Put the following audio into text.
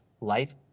life